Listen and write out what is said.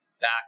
back